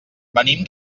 venim